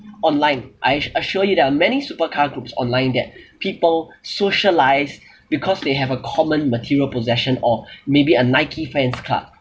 online I assure you there are many supercar groups online that people socialize because they have a common material possession or maybe a nike fans club